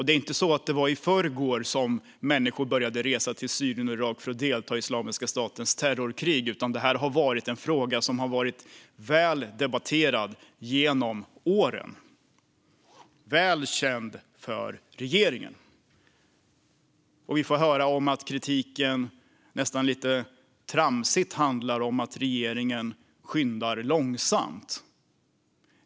Det är inte så att det var i förrgår som människor började resa till Syrien och Irak för att delta i Islamiska statens terrorkrig, utan det här har varit en väl debatterad och väl känd fråga för regeringen genom åren. Vi får nästan lite tramsigt höra att kritiken handlar om att regeringen skyndar långsamt.